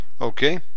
okay